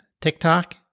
TikTok